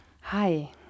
Hi